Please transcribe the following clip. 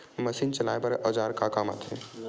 Machine चलाए बर औजार का काम आथे?